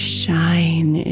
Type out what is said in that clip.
shine